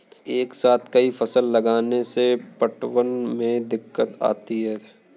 एक साथ कई फसल लगाने से पटवन में दिक्कत होती है